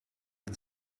the